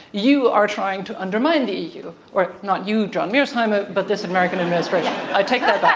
you are trying to undermine the e. u, or not you, john mearsheimer, but this american administration. i take that back.